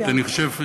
אני חושב,